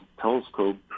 telescope